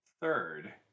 Third